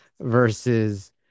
Versus